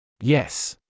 Yes